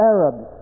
Arabs